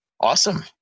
awesome